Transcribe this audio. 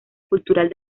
cultural